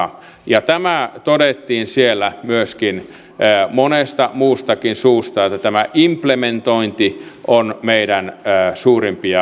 ja tämä todettiin siellä myös monesta muustakin suusta että implementointi on meidän suurimpia ongelmiamme